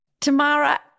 Tamara